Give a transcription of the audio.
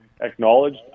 acknowledged